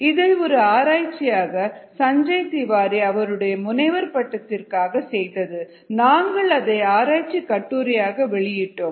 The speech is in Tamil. இதை ஒரு ஆராய்ச்சியாக சஞ்சை திவாரி அவருடைய முனைவர் பட்டத்திற்காக செய்தது நாங்கள் அதை ஆராய்ச்சிக் கட்டுரையாக வெளியிட்டோம்